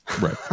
right